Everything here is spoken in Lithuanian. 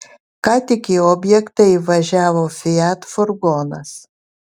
ką tik į objektą įvažiavo fiat furgonas